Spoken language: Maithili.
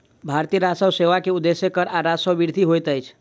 भारतीय राजस्व सेवा के उदेश्य कर आ राजस्वक वृद्धि होइत अछि